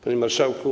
Panie Marszałku!